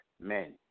men